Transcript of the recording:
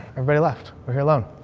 everybody left. we're here alone.